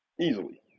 easily